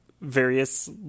various